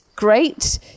great